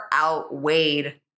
outweighed